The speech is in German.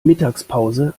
mittagspause